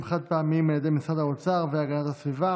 חד-פעמיים על ידי משרדי האוצר והגנת הסביבה